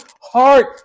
heart